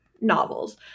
novels